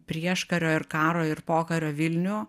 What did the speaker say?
prieškario ir karo ir pokario vilnių